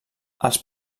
els